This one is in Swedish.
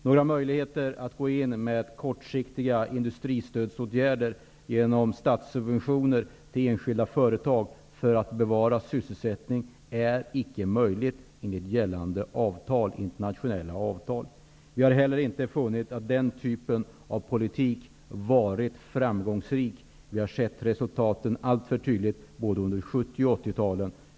Några möjligheter att gå in och vidta kortsiktiga industristödsåtgärder genom statliga subventioner till enskilda företag för att bevara sysselsättning är icke för handen enligt gällande internationella avtal. Vi har inte heller funnit att den typen av politik varit framgångsrik. Vi har sett resultaten alltför tydligt under 70 och 80-talen.